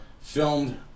Filmed